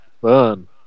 Burn